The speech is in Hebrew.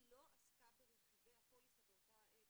היא לא עסקה ברכיבי הפוליסה באותה העת,